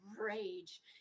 rage